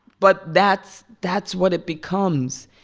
but that's that's what it becomes.